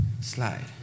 slide